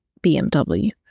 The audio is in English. BMW